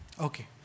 Okay